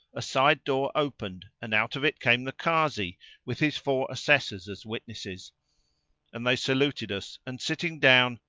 a side door opened and out of it came the kazi with his four assessors as witnesses and they saluted us and, sitting down,